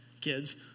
kids